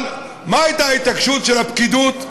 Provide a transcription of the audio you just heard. אבל מה הייתה ההתעקשות של הפקידות,